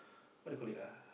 what they call it ah